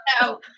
No